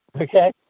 Okay